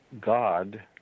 God